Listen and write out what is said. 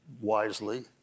wisely